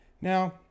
Now